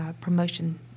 promotion